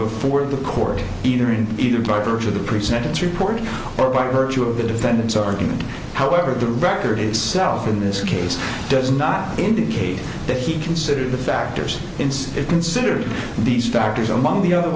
before the court either in either by virtue of the pre sentence report or by virtue of the defendant's argument however the record itself in this case does not indicate that he considered the factors instead considered these factors among the other